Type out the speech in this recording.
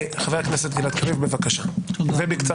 חבר הכנסת גלעד קריב, בבקשה ובקצרה.